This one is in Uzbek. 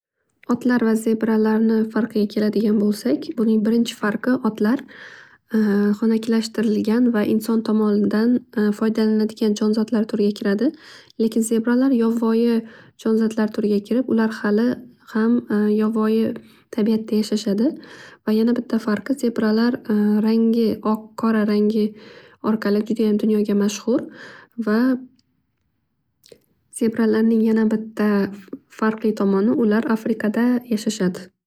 Otlar va zebralarni farqiga keladigan bo'lsak buning birinchi farqi otlar honakilashtirilgan va inson tomonidan foydalaniladigan jonzodlar turiga kiradi. Lekin zebralar yovvoyi jonzodlar turiga kirib ular hali ham yovvoyi tabiatda yashashadi. Va yana bitta farqi zebralar rangi oq qora rangi orqali judayam dunyoga mashhur va zebralarning yana bitta farqli tomoni ular afrikada yashashadi.